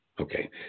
Okay